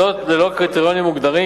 זאת ללא קריטריונים מוגדרים.